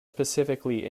specifically